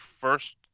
first